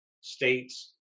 states